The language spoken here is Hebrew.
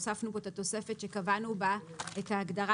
הוספנו פה את התוספת שקבענו בה את ההגדרה